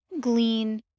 glean